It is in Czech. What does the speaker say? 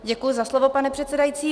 Děkuji za slovo, pane předsedající.